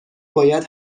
باید